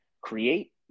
create